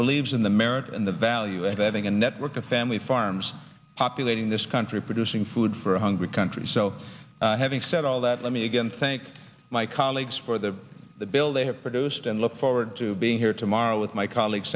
believes in the merit and the value of having a network of family farms populating this country producing food for a hungry country so having said all that let me again thank my colleagues for the the bill they have produced and look forward to being here tomorrow with my colleague